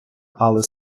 але